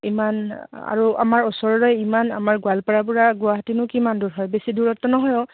ইমান আৰু আমাৰ ওচৰৰে ইমান আমাৰ গোৱালপাৰাৰ পৰা গুৱাহাটীনো কিমান দূৰ হয় বেছি দূৰত্ব নহয়ও